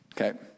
Okay